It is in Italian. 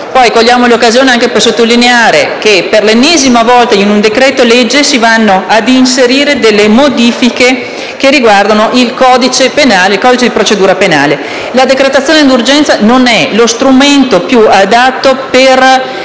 Cogliamo l'occasione anche per sottolineare che, per l'ennesima volta in un decreto-legge, si vanno ad inserire modifiche che riguardano il codice penale ed il codice di procedura penale. La decretazione d'urgenza non è lo strumento più adatto per